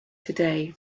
today